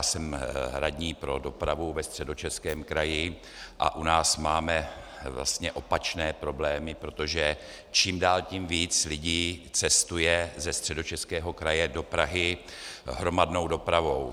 Jsem radní pro dopravu ve Středočeském kraji a u nás máme vlastně opačné problémy, protože čím dál tím víc lidí cestuje ze Středočeského kraje do Prahy hromadnou dopravou.